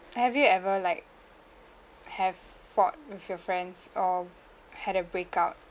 have you ever like have fought with your friends or had a breakout